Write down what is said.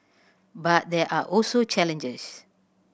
but there are also challenges